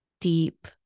deep